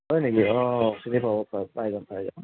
হয় নেকি অঁ এইখিনি পাব পাৰে পাই যাম পাই যাম